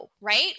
right